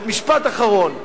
ומשפט אחרון.